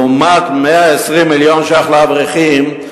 לעומת 120 מיליון שקלים לאברכים,